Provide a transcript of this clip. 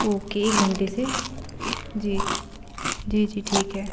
okay एक घंटे से जी जी जी ठीक है